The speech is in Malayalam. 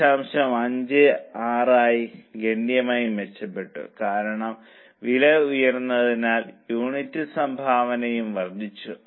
56 ആയി ഗണ്യമായി മെച്ചപ്പെട്ടു കാരണം വില ഉയർന്നതിനാൽ യൂണിറ്റിന് സംഭാവനയും വർദ്ധിച്ചു